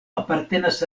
apartenas